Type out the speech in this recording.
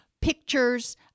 pictures